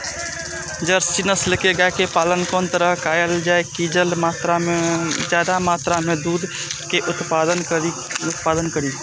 Jersey नस्ल के गाय के पालन कोन तरह कायल जाय जे ज्यादा मात्रा में दूध के उत्पादन करी?